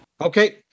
Okay